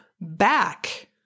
back